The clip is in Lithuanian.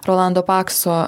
rolando pakso